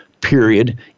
period